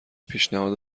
پیشنهاد